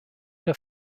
der